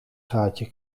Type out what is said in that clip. gaatje